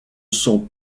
sont